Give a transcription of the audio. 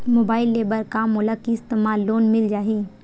Mobile ले बर का मोला किस्त मा लोन मिल जाही?